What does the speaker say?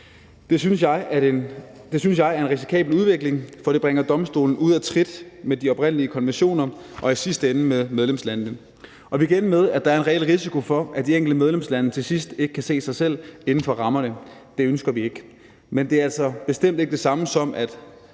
Det synes jeg er en risikabel udvikling, for det bringer Domstolen ud af trit med de oprindelige konventioner og i sidste ende med medlemslandene. Og vi kan ende med, at der er en reel risiko for, at de enkelte medlemslande til sidst ikke kan se sig selv inden for rammerne. Det ønsker vi ikke. Men det er altså bestemt ikke det samme som at